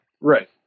right